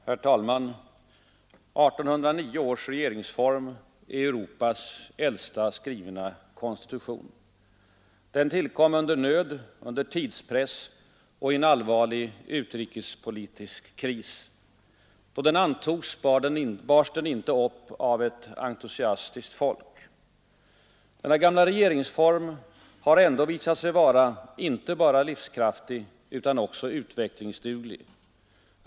Herr talman! 1809 års regeringsform är Europas äldsta skrivna konstitution. Den tillkom under nöd, under tidspress och i en allvarlig utrikespolitisk kris. Då den antogs bars den inte upp av ett entusiastiskt folk. Denna gamla regeringsform har ändå visat sig vara inte bara livskraftig utan också utvecklingsduglig.